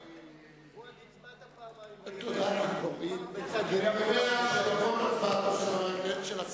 סעיף 54, רשויות פיקוח, לשנת 2010, נתקבל.